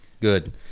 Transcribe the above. good